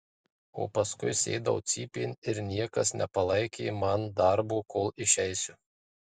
o paskui sėdau cypėn ir niekas nepalaikė man darbo kol išeisiu